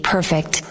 Perfect